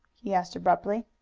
he asked abruptly.